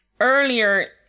Earlier